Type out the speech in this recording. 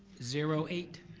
zero eight.